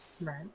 Right